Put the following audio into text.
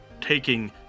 taking